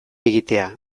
egitea